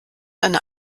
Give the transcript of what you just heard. eine